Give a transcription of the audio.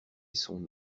son